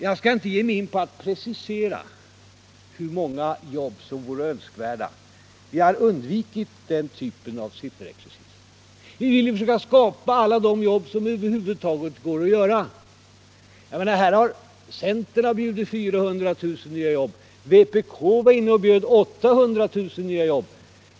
Jag skall inte ge mig in på att precisera hur många jobb som vore önskvärda. Vi har undvikit den typen av sifferexercis. Vi vill försöka skapa alla de jobb som över huvud taget går att skapa. Centern har bjudit 400 000 nya jobb, vpk var inne och bjöd 800 000 nya jobb.